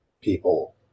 people